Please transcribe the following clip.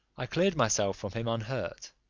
i cleared myself from him unhurt,